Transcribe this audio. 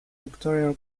doctoral